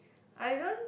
I don't